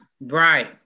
Right